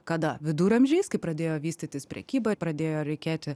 kada viduramžiais kai pradėjo vystytis prekyba pradėjo reikėti